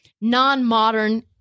non-modern